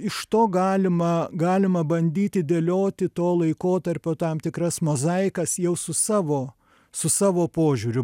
iš to galima galima bandyti dėlioti to laikotarpio tam tikras mozaikas jau su savo su savo požiūriu